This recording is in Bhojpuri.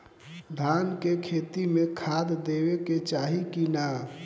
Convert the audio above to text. धान के खेती मे खाद देवे के चाही कि ना?